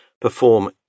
perform